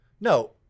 no